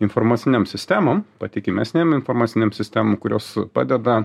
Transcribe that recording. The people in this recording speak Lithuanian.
informacinėm sistemom patikimesnėm informacinėm sistemom kurios padeda